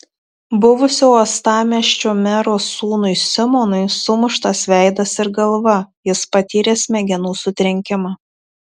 buvusio uostamiesčio mero sūnui simonui sumuštas veidas ir galva jis patyrė smegenų sutrenkimą